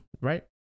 right